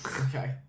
Okay